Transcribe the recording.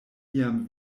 iam